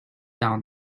down